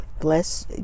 Bless